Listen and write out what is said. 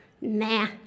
Nah